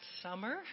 summer